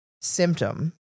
symptom